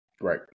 Right